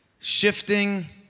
Shifting